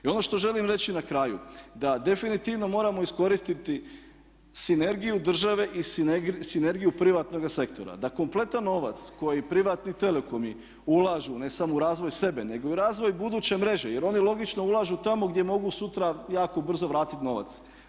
I ono što želim reći na kraju da definitivno moramo iskoristiti sinergiju države i sinergiju privatnoga sektora da kompletan novac koji privatni telekomi ulažu ne samo u razvoj sebe, nego i u razvoj bude mreže jer oni logično ulažu tamo gdje mogu sutra jako brzo vratiti novac.